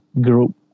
group